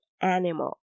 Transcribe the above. animal